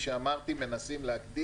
כרגע, למען האמת, אפשר לטוס לכל